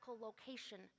location